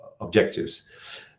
objectives